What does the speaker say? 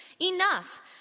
Enough